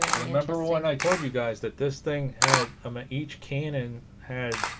remember when i told you guys that this thing had um ah each cannon had